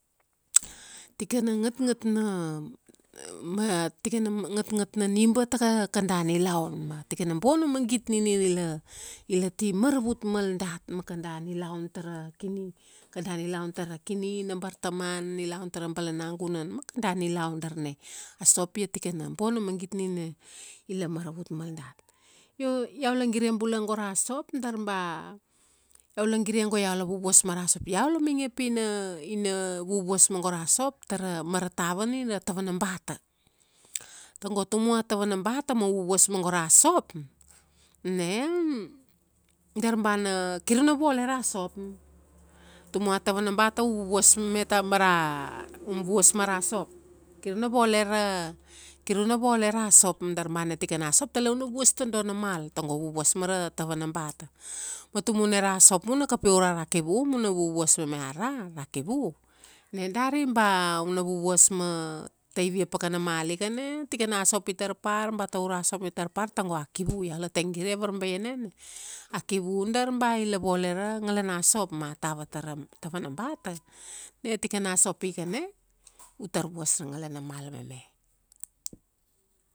tikana ngatngat na, ma, tikana ngatngat na niba ta kada nilaun. Ma tikana bona magit ni la, i la ti maravut mal dat ma kada nilaun tara kini, kada nilaun tara kini na bartaman, nilaun tara balanagunan ma kada nilaun darna. A sop ia tikana bona magit nina ila maravut mal dat. Io iau la gire bula go ra sop, dar ba, iau la gire go iau la vuvuas mara sop, iau la mainge pina, ina ina vuvuas ma go ra sop, tara, mara tava ni ra tava na bata. Tago tumu a tava na bata ma u vuvuas ma go ra sop, ne, dar ba na, kir na vole ra sop. Tumu a tava na bata u vuvuas mame ta mara, vuvuas mara sop. Kir una vole ra, ki una vole ra sop. Dar ba na tikana sop tele una vuas ta dona mal. Tago u vuvuas mara tava na bata. Ma tumu na ra sop ma una kapia ura ra kivu, ma una vuvuas meme ara, ra kivu, na dari ba, una vuvuas ma, taivia pakana mal ika na, tikana sop itar par ba taura na tar par tago a kivu. Iau la te gire varbaiane na. A kivu dar ba ila vole ra ngalana sop. Ma tava tara, tava na bata, na tikana sop ika na, utar vuas ra ngalana mal mame.